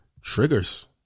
triggers